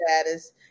status